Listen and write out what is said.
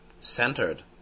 centered